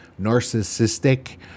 narcissistic